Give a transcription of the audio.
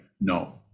No